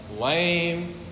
lame